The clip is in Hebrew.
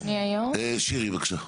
שירי, בבקשה.